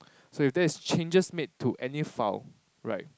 so if there is changes made to any file right